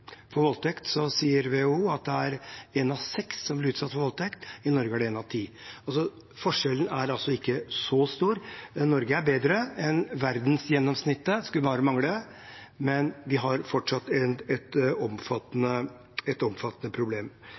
For voldtekt sier WHO at det er én av seks som blir utsatt for voldtekt, i Norge er det én av ti. Forskjellen er altså ikke så stor. Norge er bedre enn verdensgjennomsnittet – det skulle bare mangle – men vi har fortsatt et omfattende